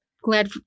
Glad